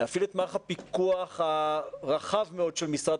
צריך להפעיל את מערך הפיקוח הרחב מאוד של משרד